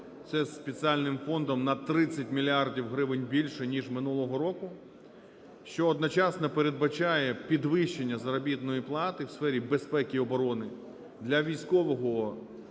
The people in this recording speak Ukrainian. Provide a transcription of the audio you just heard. з спеціальним фондом на 30 мільярдів гривень більше, ніж минулого року, що одночасно передбачає підвищення заробітної плати в сфері безпеки і оброни для військового –